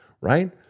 right